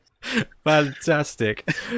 Fantastic